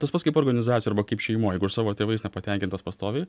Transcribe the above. tas pats kaip organizacijoj arba kaip šeimoj jeigu aš savo tėvais patenkintas pastoviai